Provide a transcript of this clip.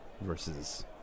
versus